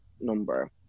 number